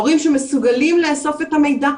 הורים שמסוגלים לאסוף את המידע,